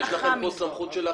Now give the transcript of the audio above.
יש לכם פה סמכות של החלטה.